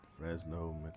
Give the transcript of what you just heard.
Fresno